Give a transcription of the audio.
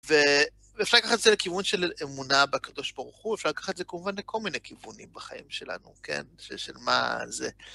ואפשר לקחת את זה לכיוון של אמונה בקדוש ברוך הוא, אפשר לקחת את זה, כמובן, לכל מיני כיוונים בחיים שלנו, כן? של מה זה.